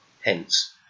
Hence